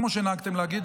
כמו שנהגתם להגיד,